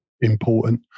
important